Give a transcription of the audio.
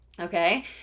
Okay